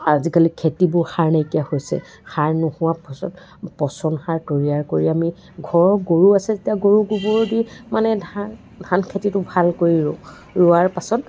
আজিকালি খেতিবোৰ সাৰ নাইকিয়া হৈছে সাৰ নোহোৱা পাছত পচন সাৰ তৈয়াৰ কৰি আমি ঘৰৰ গৰু আছে যেতিয়া গৰুৰ গোবৰো দি মানে ধান খেতিটো ভাল কৰি ৰুওঁ ৰোৱাৰ পাছত